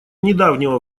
недавнего